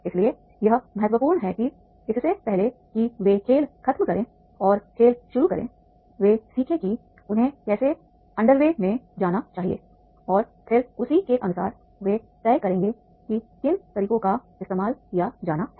इसलिए यह महत्वपूर्ण है कि इससे पहले कि वे खेल खत्म करें और खेल शुरू करें वे सीखें कि उन्हें कैसे अंडरवे में जाना चाहिए और फिर उसी के अनुसार वे तय करेंगे कि किन तरीकों का इस्तेमाल किया जाना है